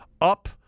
Up